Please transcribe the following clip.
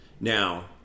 Now